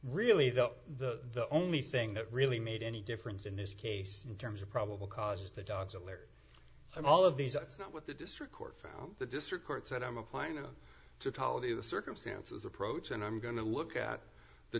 really the only thing that really made any difference in this case in terms of probable cause the dogs alert and all of these that's not what the district court found the district court said i'm applying to college in the circumstances approach and i'm going to look at the